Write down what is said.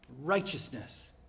righteousness